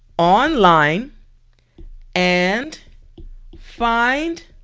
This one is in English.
online and find